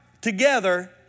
together